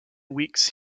weeks